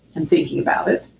and thinking about it.